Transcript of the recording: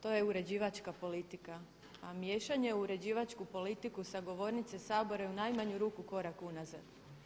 To je uređivačka politika, a miješanje u uređivačku politiku sa govornice Sabora je u najmanju ruku korak unazad.